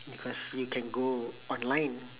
because you can go online